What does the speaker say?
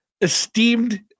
esteemed